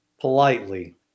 politely